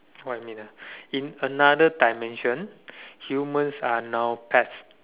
what I mean ah in another dimension humans are now pets